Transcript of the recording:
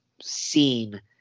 seen